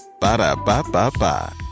Ba-da-ba-ba-ba